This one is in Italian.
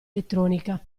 elettronica